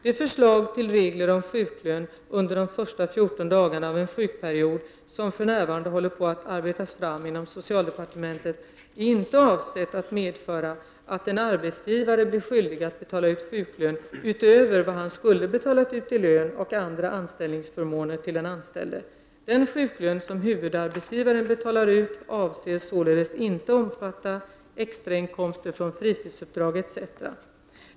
Det förslag till regler om sjuklön under de första 14 dagarna av en sjukperiod som för närvarande håller på att arbetas fram inom socialdepartementet är inte avsett att medföra att en arbetsgivare blir skyldig att betala ut sjuklön utöver vad han skulle ha betalt ut i lön och andra anställningsförmåner till den anställde. Den sjuklön som huvudarbetsgivaren betalar ut avses således inte omfatta extra inkomster från fritidsuppdrag etc.